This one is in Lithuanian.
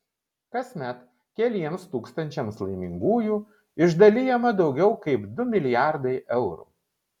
kasmet keliems tūkstančiams laimingųjų išdalijama daugiau kaip du milijardai eurų